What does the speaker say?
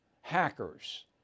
hackers